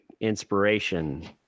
inspiration